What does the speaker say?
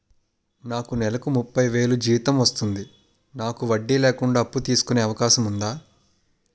నాకు నేలకు ముప్పై వేలు జీతం వస్తుంది నాకు వడ్డీ లేకుండా అప్పు తీసుకునే అవకాశం ఉందా